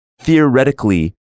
Theoretically